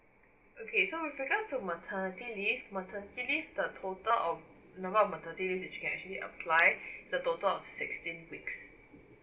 okay so with regards to maternity leave maternity leave the total of the number of maternity leave that she can actually apply the total of sixteen weeks